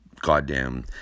goddamn